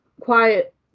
quiet